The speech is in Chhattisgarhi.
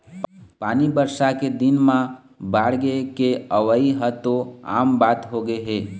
पानी बरसा के दिन म बाड़गे के अवइ ह तो आम बात होगे हे